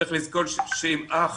צריך לזכור שאם אח